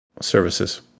services